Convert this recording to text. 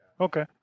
Okay